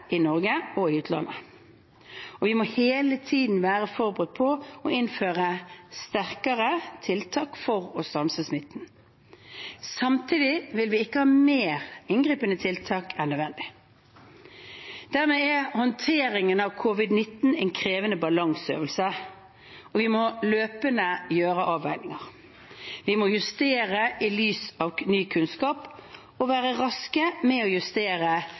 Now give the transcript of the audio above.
i Norge og i utlandet. Vi må hele tiden være forberedt på å innføre enda sterkere tiltak for å stanse smitten. Samtidig vil vi ikke ha mer inngripende tiltak enn nødvendig. Håndteringen av covid-19 er en krevende balanseøvelse, og vi må løpende gjøre avveininger. Vi må justere tiltak i lys av ny kunnskap og være raske med å justere